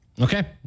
Okay